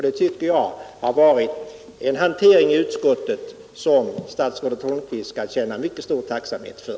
Det tycker jag har varit en hantering i utskottet som statsrådet Holmqvist skall k änna mycket stor tacksamhet för